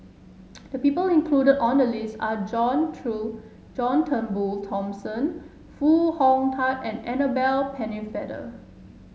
the people included on the list are John True John Turnbull Thomson Foo Hong Tatt and Annabel Pennefather